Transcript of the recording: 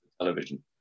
television